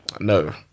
no